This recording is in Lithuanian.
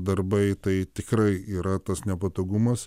darbai tai tikrai yra tas nepatogumas